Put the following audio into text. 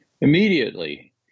Immediately